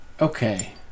okay